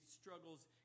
struggles